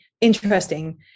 interesting